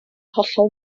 hollol